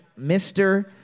Mr